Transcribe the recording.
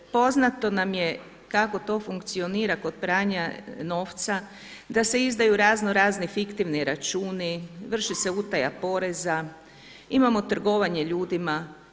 Poznato nam je kako to funkcionira kod pranja novca, da se izdaju razno razni fiktivni računi, vrši se utaja poreza, imamo trgovanje ljudima.